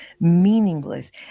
meaningless